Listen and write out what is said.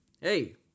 Hey